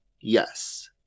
Yes